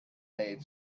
made